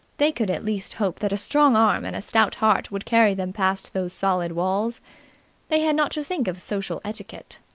they could at least hope that a strong arm and a stout heart would carry them past those solid walls they had not to think of social etiquette.